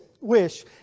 wish